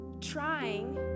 trying